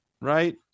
right